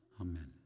Amen